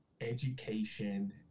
education